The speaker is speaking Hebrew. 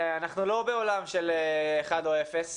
אנחנו לא בעולם של אחד או אפס.